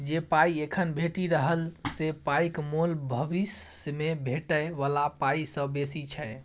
जे पाइ एखन भेटि रहल से पाइक मोल भबिस मे भेटै बला पाइ सँ बेसी छै